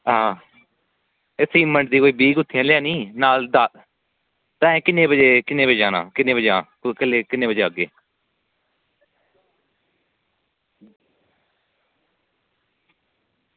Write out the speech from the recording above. ते भी मंडल दा बीह् गुत्थी लेई आनी नाल एह् किन्ने बजे जाना एह् किन्ने बजे आना किन्ने बजे आना